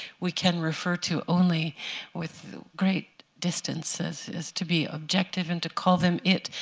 we can refer to only with great distances, is to be objective and to call them it.